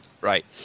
Right